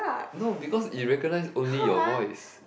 no because it recognise only your voice